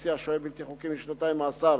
שהסיע שוהה בלתי חוקי משנתיים מאסר